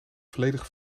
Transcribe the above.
volledige